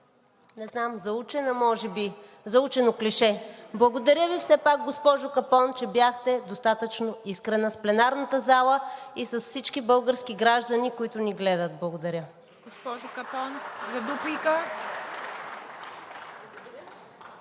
едно заучено клише. Благодаря Ви все пак, госпожо Капон, че бяхте достатъчно искрена в пленарната зала и с всички български граждани, които ни гледат. Благодаря.